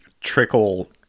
trickle